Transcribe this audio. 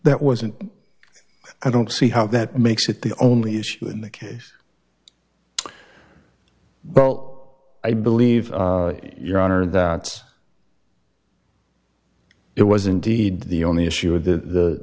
that wasn't i don't see how that makes it the only issue in the case well i believe your honor that it was indeed the only issue of the